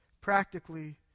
Practically